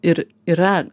ir yra